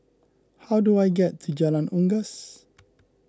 how do I get to Jalan Unggas